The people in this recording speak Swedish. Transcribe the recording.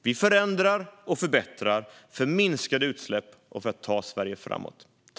Vi förändrar och förbättrar för minskade utsläpp och för att ta Sverige framåt.